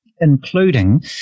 including